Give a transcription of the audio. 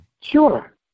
Sure